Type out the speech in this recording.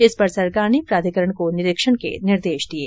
इस पर सरकार ने प्राधिकरण को निरीक्षण के निर्देश दिये